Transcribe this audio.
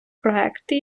проекти